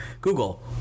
Google